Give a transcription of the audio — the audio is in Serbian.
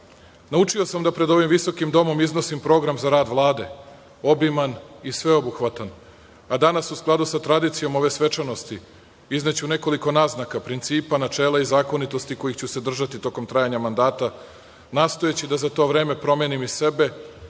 radu. Naučio sam da pred ovim visokim Domom iznosim program za rad Vlade obiman i sveobuhvatan, a danas, u skladu sa tradicijom ove svečanosti, izneću nekoliko naznaka, principa, načela i zakonitosti kojih ću se držati tokom trajanja mandata, nastojeći da za to vreme promenim i sebe,